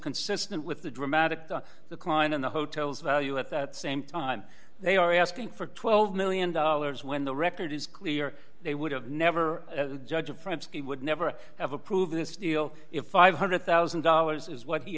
consistent with the dramatic the klein in the hotel's value at that same time they are asking for twelve million dollars when the record is clear they would have never judge of france he would never have approved this deal if five hundred thousand dollars is what he